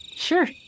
Sure